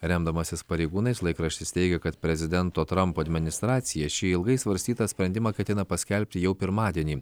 remdamasis pareigūnais laikraštis teigia kad prezidento trampo administracija šį ilgai svarstytą sprendimą ketina paskelbti jau pirmadienį